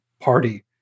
party